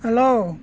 hello